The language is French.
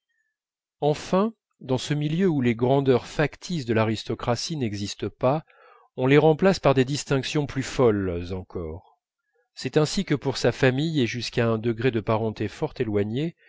enfin dans ce milieu où les grandeurs factices de l'aristocratie n'existent pas on les remplace par des distinctions plus folles encore c'est ainsi que pour sa famille et jusqu'à un degré de parenté fort éloigné